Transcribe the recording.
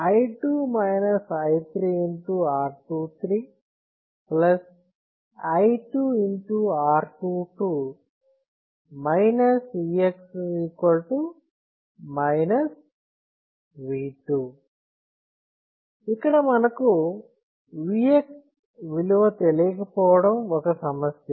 R 2 3 i 2 R 2 2 Vx V2 ఇక్కడ మనకు Vx విలువ తెలియకపోవడం ఒక సమస్య